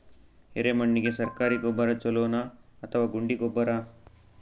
ಎರೆಮಣ್ ಗೆ ಸರ್ಕಾರಿ ಗೊಬ್ಬರ ಛೂಲೊ ನಾ ಅಥವಾ ಗುಂಡಿ ಗೊಬ್ಬರ?